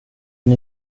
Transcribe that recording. den